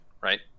Right